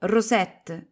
Rosette